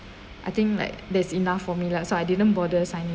I think like that's enough for me lah so I didn't bother signing